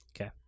okay